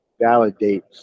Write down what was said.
validate